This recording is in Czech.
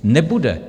Nebude.